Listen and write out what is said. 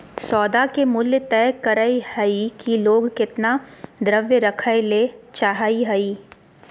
सौदा के मूल्य तय करय हइ कि लोग केतना द्रव्य रखय ले चाहइ हइ